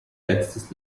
letztes